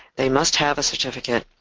they must have a certificate